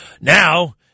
now